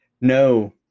No